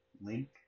link